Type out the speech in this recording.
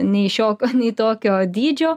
nei šiok nei tokio dydžio